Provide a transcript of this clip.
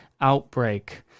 outbreak